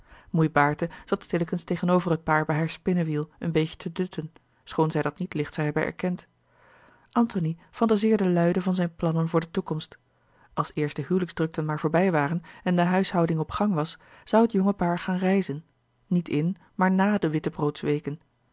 moei baerte zat stillekens tegenover het paar bij haar spinnewiel een beetje te dutten schoon zij dat niet licht zou hebben erkend antony phantaseerde luide van zijne plannen voor de toekomst als eerst de hijliksdrukten maar voorbij waren en de huishouding op gang was zou het jonge paar gaan reizen niet in maar na de